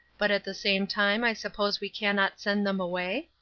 but at the same time i suppose we cannot send them away?